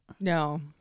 No